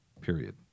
period